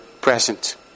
present